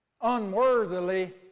unworthily